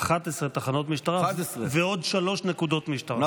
11 תחנות משטרה ועוד שלוש נקודות משטרה.